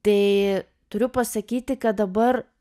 tai turiu pasakyti kad dabar